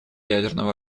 ядерного